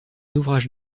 ouvrage